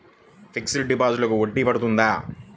Fixed డిపాజిట్లకు వడ్డీ పడుతుందా?